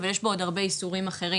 אבל יש בו עוד הרבה איסורים אחרים,